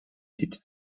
did